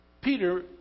Peter